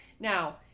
now,